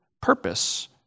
purpose